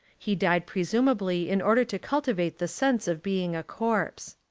he died presumably in order to cultivate the sense of being a corpse.